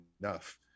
enough